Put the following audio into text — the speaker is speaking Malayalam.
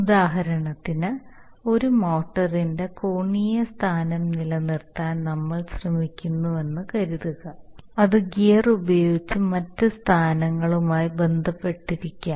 ഉദാഹരണത്തിന് ഒരു മോട്ടറിന്റെ കോണീയ സ്ഥാനം നിലനിർത്താൻ നമ്മൾ ശ്രമിക്കുന്നുവെന്ന് കരുതുക അത് ഗിയർ ഉപയോഗിച്ച് മറ്റ് സ്ഥാനങ്ങളുമായി ബന്ധപ്പെട്ടിരിക്കാം